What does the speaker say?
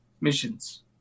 missions